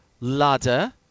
ladder